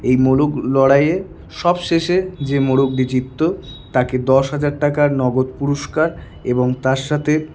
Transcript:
এই মোরগ লড়াইয়ে সবশেষে যে মোরগটি জিততো তাকে দশ হাজার টাকার নগদ পুরস্কার এবং তার সাথে